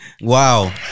Wow